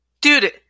Dude